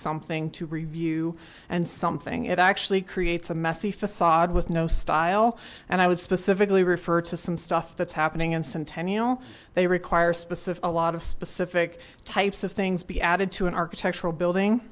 something to review and something it actually creates a messy facade with no style and i would specifically refer to some stuff that's happening in centennial they require specific a lot of specific types of things be added to an architectural building